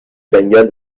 جنگل